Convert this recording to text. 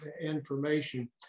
information